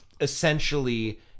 essentially